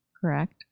Correct